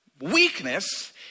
Weakness